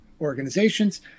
organizations